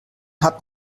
hat